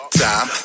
time